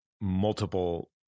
multiple